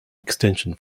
extension